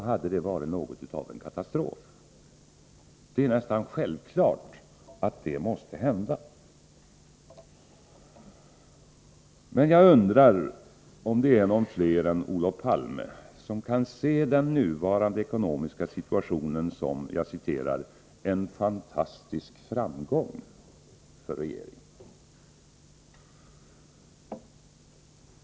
Jag undrar emellertid om det är någon mer än Olof Palme som kan se den nuvarande ekonomiska situationen som ”en fantastisk framgång” för regeringen.